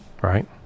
Right